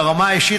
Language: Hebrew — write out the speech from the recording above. ברמה האישית,